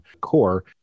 core